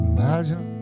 Imagine